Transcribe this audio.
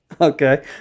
Okay